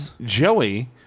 Joey